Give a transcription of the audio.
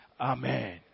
Amen